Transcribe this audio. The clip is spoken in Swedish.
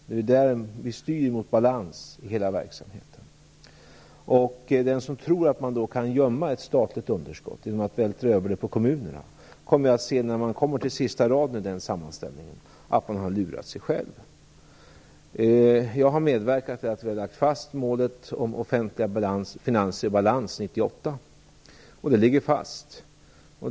Det är där vi styr mot balans i hela verksamheten. Den som tror att man kan gömma ett statligt underskott genom att vältra över det på kommunerna kommer, när han kommer till sista raden i sammanställningen, se att han har lurat sig själv. Jag har medverkat till att vi har lagt fast målet om offentliga finanser i balans 1998. Det ligger fast.